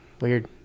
Weird